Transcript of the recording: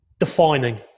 Defining